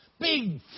Big